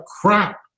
crap